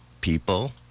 people